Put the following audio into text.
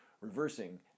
reversing